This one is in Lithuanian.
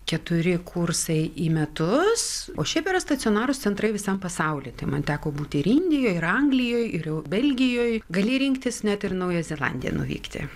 keturi kursai į metus o šiaip yra stacionarūs centrai visam pasauly tai man teko būti ir indijoj ir anglijoj ir belgijoj gali rinktis net ir į naująją zelandiją nuvykti